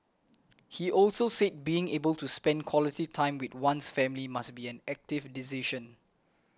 he also said being able to spend quality time with one's family must be an active decision